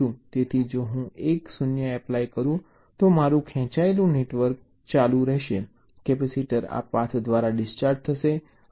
તેથી જો હું 1 0 એપ્લાય કરું તો મારું ખેંચાયેલું નેટવર્ક ચાલુ રહેશે કેપેસિટર આ પાથ દ્વારા ડિસ્ચાર્જ થશે આઉટપુટ 0 હશે